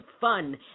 fun